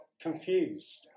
confused